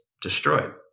destroyed